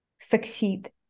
succeed